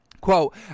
Quote